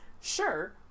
sure